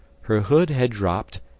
her hood had dropped,